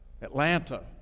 Atlanta